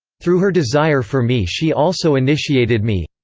through her desire for me she also initiated me.